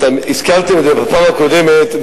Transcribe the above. הזכרתם את זה בפעם הקודמת,